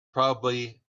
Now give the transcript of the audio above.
probably